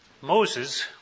Moses